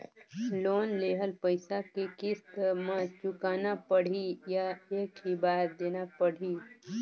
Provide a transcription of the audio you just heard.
Loan लेहल पइसा के किस्त म चुकाना पढ़ही या एक ही बार देना पढ़ही?